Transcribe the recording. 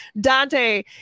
Dante